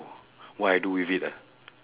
what I do with it ah